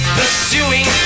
pursuing